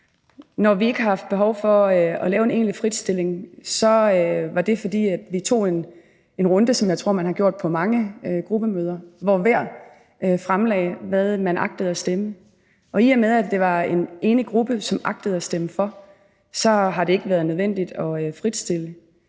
Når vi ikke har haft behov for at lave en egentlig fritstilling, er det, fordi vi tog en runde, som jeg tror man har gjort på mange gruppemøder, hvor hver især fremlagde, hvad man agtede at stemme. Og i og med at det var en enig gruppe, som agtede at stemme for, så har det ikke været nødvendigt at fritstille.